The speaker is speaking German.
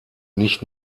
nicht